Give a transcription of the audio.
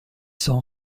sont